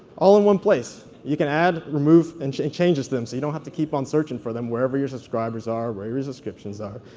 all in one place. you can add, remove, and changes to them so you don't have to keep on searching for them wherever your subscribers are, wherever your subscriptions are.